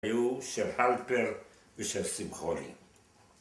היו של הלפר ושל שמחורי